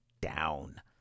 down